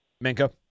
Minka